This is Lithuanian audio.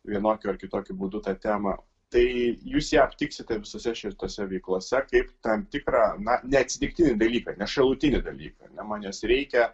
vienokiu ar kitokiu būdu tą temą tai jūs ją aptiksite visose šitose veiklose kaip tam tikra na neatsitiktinį dalyką ne šalutinį dalyką ne man jos reikia